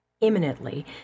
imminently